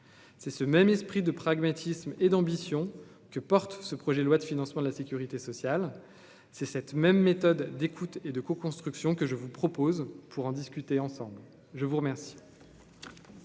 C'est ce même esprit de pragmatisme et d'ambition que porte ce projet de loi de financement de la Sécurité sociale, c'est cette même méthode d'écoute et de co-construction que je vous propose, pour en discuter ensemble, je vous remercie.